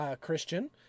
Christian